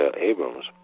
Abrams